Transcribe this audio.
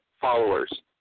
followers